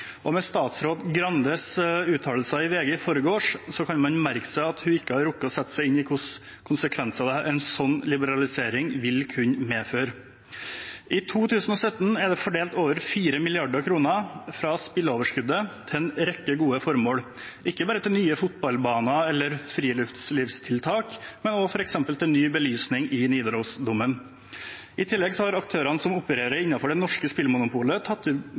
Og med statsråd Skei Grandes uttalelser i VG i forgårs kan man merke seg at hun ikke har rukket å sette seg inn i hvilke konsekvenser en slik liberalisering vil kunne medføre. I 2017 er det fordelt over 4 mrd. kr fra spilloverskuddet til en rekke gode formål, ikke bare til nye fotballbaner eller friluftslivstiltak, men også f.eks. til ny belysning i Nidarosdomen. I tillegg har aktørene som opererer innenfor det norske spillmonopolet, tatt i